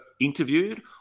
interviewed